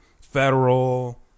Federal